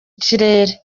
kirere